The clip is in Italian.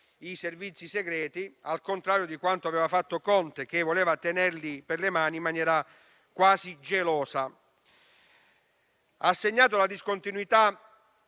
i servizi segreti, al contrario di quanto aveva fatto Conte, che voleva tenerli per sé in maniera quasi gelosa. Ha segnato la discontinuità